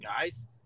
guys